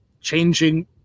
changing